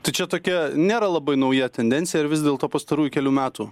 tai čia tokia nėra labai nauja tendencija ir vis dėlto pastarųjų kelių metų